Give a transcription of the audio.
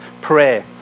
prayer